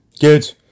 Good